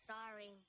Sorry